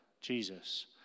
Jesus